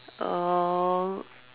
um